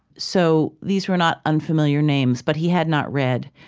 so these were not unfamiliar names. but he had not read.